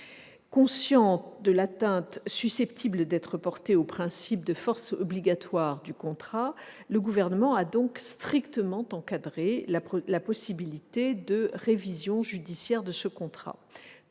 Conscient de l'atteinte susceptible d'être portée au principe de force obligatoire du contrat, le Gouvernement a donc strictement encadré la possibilité de révision judiciaire de ce contrat.